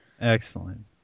Excellent